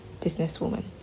businesswoman